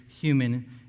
human